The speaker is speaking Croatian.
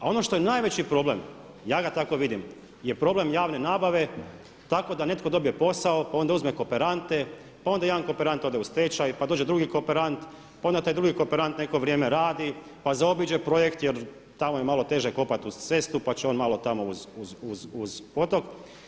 A ono što je najveći problem, ja ga tako vidim je problem javne nabave tako da netko dobio posao a onda uzme kooperante, pa onda jedan kooperant ode u stečaj, pa dođe drugi kooperant, pa onda taj drugi kooperant neko vrijeme radi, pa zaobiđe projekt jer tamo je malo teže kopati uz cestu, pa će on tamo malo uz potok.